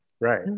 Right